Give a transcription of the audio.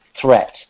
threat